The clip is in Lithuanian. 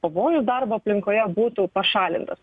pavojus darbo aplinkoje būtų pašalintas